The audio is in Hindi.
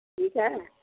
ठीक है